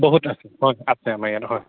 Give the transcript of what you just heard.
বহুত আছে আছে আমাৰ ইয়াত হয়